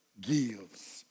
gives